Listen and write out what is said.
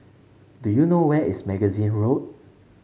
do you know where is Magazine Road